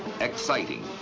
Exciting